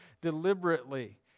deliberately